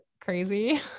crazy